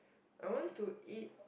I want to eat